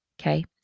okay